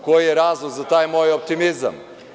Koji je razlog za taj moj optimizam?